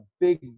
big